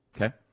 Okay